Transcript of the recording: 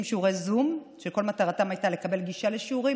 שיעורי זום" שכל מטרתן הייתה לקבל גישה לשיעורים.